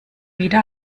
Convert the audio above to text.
wieder